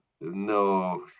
no